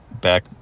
Back